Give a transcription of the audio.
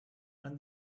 when